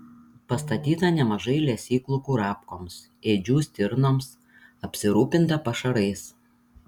pastatyta nemažai lesyklų kurapkoms ėdžių stirnoms apsirūpinta pašarais